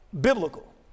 biblical